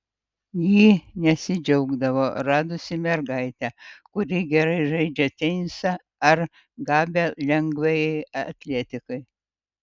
ji nesidžiaugdavo radusi mergaitę kuri gerai žaidžia tenisą ar gabią lengvajai atletikai